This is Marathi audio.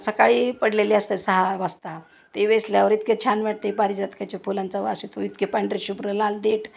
सकाळी पडलेली असते सहा वाजता ते वेसल्यावर इतके छान वाटते ते पारिजातकाच्या फुलांचा वास येतो इतके पांढरे शुभ्र लाल देठ